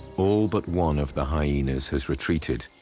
all but one of the hyenas has retreated.